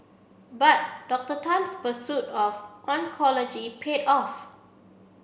but Doctor Tan's pursuit of oncology paid off